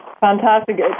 Fantastic